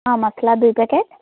ହଁ ମସଲା ଦୁଇ ପ୍ୟାକେଟ୍